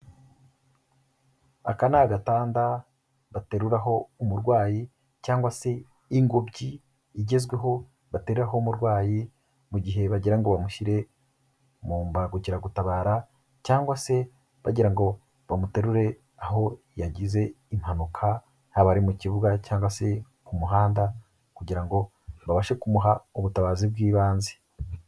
Aka ni agatanda bateruraho umurwayi cyangwa se ingobyi igezweho bateruraho umurwayi mu gihe bagira ngo bamushyire mu mbangukiragutabara cyangwa se bagira ngo bamuterure aho yagize impanuka, haba ari mu kibuga cyangwa se ku muhanda kugira ngo babashe kumuha ubutabazi bw'ibanze.